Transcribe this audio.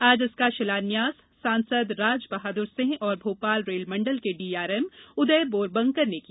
आज इसका शिलान्यास सांसद राजबहादुर सिंह और भोपाल रेलमंडल के डीआरएम उदय बोरवणकर ने किया